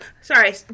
Sorry